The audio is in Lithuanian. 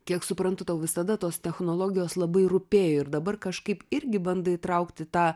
kiek suprantu tau visada tos technologijos labai rūpėjo ir dabar kažkaip irgi bandai įtraukti tą